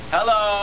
Hello